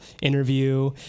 interview